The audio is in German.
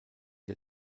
der